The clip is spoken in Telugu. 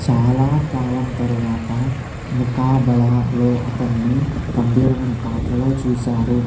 చాలా కాలం తరువాత ముకాబలాలో అతన్ని గంభీరమైన పాత్రలో చూశారు